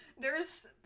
There's-